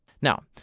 now,